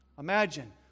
Imagine